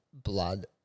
blood